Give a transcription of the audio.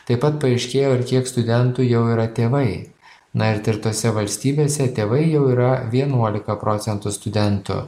taip pat paaiškėjo ir kiek studentų jau yra tėvai na ir tirtose valstybėse tėvai jau yra vienuolika procentų studentų